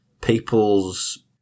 people's